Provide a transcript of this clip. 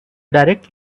direct